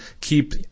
keep